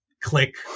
click